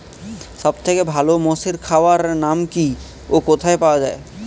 সব থেকে ভালো মোষের খাবার নাম কি ও কোথায় পাওয়া যায়?